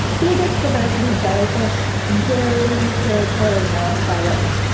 biggest diversity of jellyfish. very, very poorly known by, like,